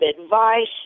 advice